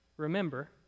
remember